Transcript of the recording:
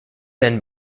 then